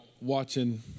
watching